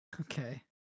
Okay